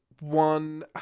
one